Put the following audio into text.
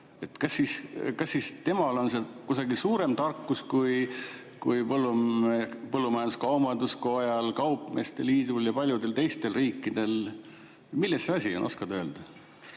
Kas siis temal on kusagil suurem tarkus kui põllumajandus-kaubanduskojal, kaupmeeste liidul ja paljudel teistel riikidel? Milles see asi on? Oskad öelda?